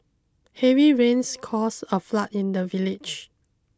heavy rains caused a flood in the village